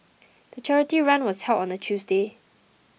the charity run was held on a Tuesday